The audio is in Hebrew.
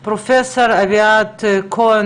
פרופ' אביעד הכהן,